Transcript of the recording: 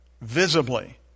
visibly